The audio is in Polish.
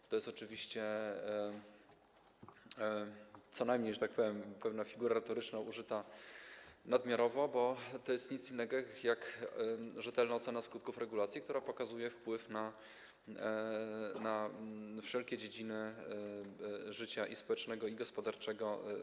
To jest oczywiście co najmniej, że tak powiem, pewna figura retoryczna użyta nadmiarowo, bo to jest nic innego jak rzetelna ocena skutków regulacji, która pokazuje wpływ na wszelkie dziedziny życia i społecznego, i gospodarczego.